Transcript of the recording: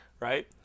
right